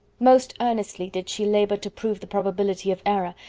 most earnestly did she labour to prove the probability of error,